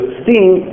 steam